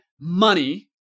money